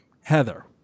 Heather